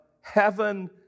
heaven